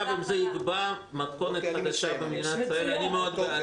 אם זה יוגבר ותהיה מתכונת חדשה במדינת ישראל אני מאוד בעד זה.